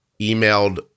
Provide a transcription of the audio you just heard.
emailed